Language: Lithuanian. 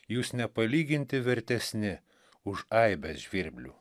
jūs nepalyginti vertesni už aibes žvirblių